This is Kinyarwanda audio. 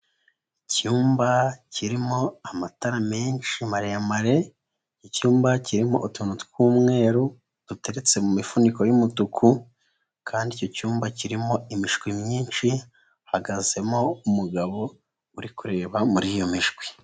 Icyumba kirimo amatara menshi maremare, icyumba kirimo utuntu tw'umweru, duteretse mu mifuniko y'umutuku kandi icyo cyumba kirimo imishwi myinshi, ihagazemo umugabo, uri kureba muri iyo mishwi.